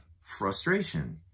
frustration